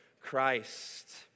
Christ